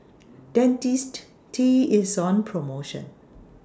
Dentiste T IS on promotion